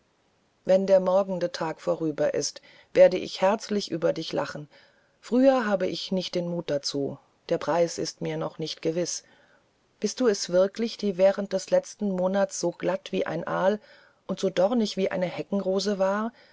wenn der morgende tag vorüber ist werde ich herzlich über dich lachen früher habe ich nicht den mut dazu der preis ist mir noch nicht gewiß bist du es wirklich die während des ganzen letzten monats so glatt wie ein aal und so dornig wie eine heckenrose war